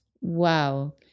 Wow